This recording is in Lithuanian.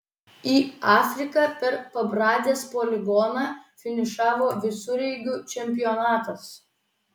į afriką per pabradės poligoną finišavo visureigių čempionatas